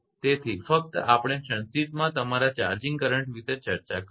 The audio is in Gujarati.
તેથી ફક્ત આપણે સંક્ષિપ્તમાં તમારા ચાર્જિગ કરંટ વિશે ચર્ચા કરીશું